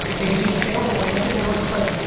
they became sales oriented and we were just like,